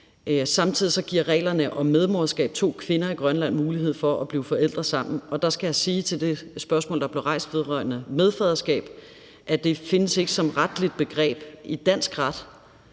Samtidig giver reglerne om medmoderskab to kvinder i Grønland mulighed for at blive forældre sammen. Og der skal jeg sige som svar på det spørgsmål, der blev rejst vedrørende medfaderskab, at det ikke findes som retligt begreb i dansk ret.